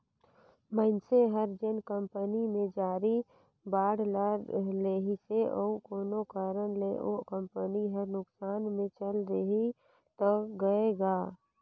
मइनसे हर जेन कंपनी के जारी बांड ल लेहिसे अउ कोनो कारन ले ओ कंपनी हर नुकसान मे चल देहि त गय गा